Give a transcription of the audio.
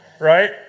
right